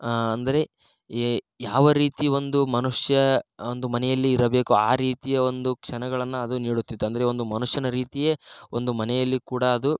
ಅಂದರೆ ಏ ಯಾವ ರೀತಿ ಒಂದು ಮನುಷ್ಯ ಒಂದು ಮನೆಯಲ್ಲಿ ಇರಬೇಕೋ ಆ ರೀತಿಯ ಒಂದು ಕ್ಷಣಗಳನ್ನು ಅದು ನೀಡುತಿತ್ತು ಅಂದರೆ ಒಂದು ಮನುಷ್ಯನ ರೀತಿಯೇ ಒಂದು ಮನೆಯಲ್ಲಿ ಕೂಡ ಅದು